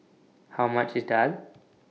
How much IS Daal